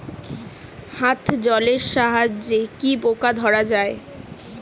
হাত জলের সাহায্যে কি পোকা ধরা যায়?